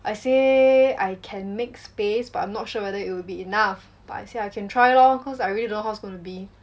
I say I can make space but I'm not sure whether it would be enough but I say I can try lor cause I really don't know how's it gonna be